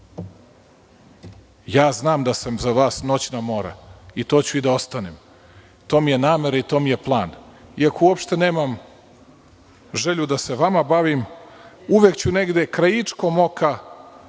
ja znam da sam za vas noćna mora, i to ću i da ostanem. To mi je namera i to mi je plan, iako uopšte nemam želju da se vama bavim, uvek ću negde kraičkom oka